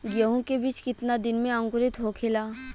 गेहूँ के बिज कितना दिन में अंकुरित होखेला?